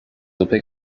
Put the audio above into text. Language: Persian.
اوپک